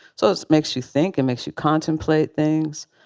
so it's makes you think it makes you contemplate things.